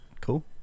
Cool